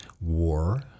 War